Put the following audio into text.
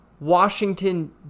Washington